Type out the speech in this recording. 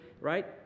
Right